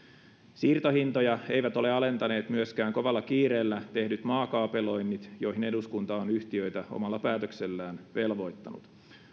siirtohintoja eivät ole alentaneet myöskään kovalla kiireellä tehdyt maakaapeloinnit joihin eduskunta on yhtiöitä omalla päätöksellään velvoittanut